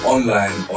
Online